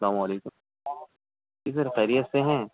سلام علیکم جی سر خیریت سے ہیں